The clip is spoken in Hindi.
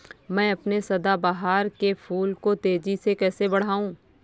मैं अपने सदाबहार के फूल को तेजी से कैसे बढाऊं?